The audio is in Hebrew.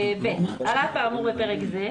"(ב)על אף האמור בפרק זה,